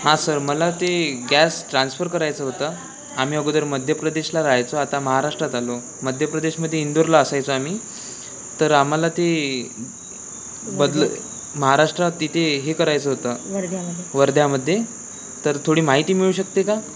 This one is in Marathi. हां सर मला ते गॅस ट्रान्सफर करायचं होतं आम्ही अगोदर मध्यप्रदेशला राहायचो आता महाराष्ट्रात आलो मध्यप्रदेशमध्ये इंदोरला असायचो आम्ही तर आम्हाला ते बदलत महाराष्ट्रात तिथे हे करायचं होतं वर्ध्यामध्ये तर थोडी माहिती मिळू शकते का